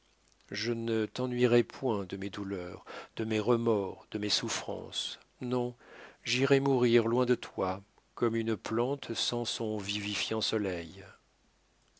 je ne t'ennuierai point de mes douleurs de mes remords de mes souffrances non j'irai mourir loin de toi comme une plante sans son vivifiant soleil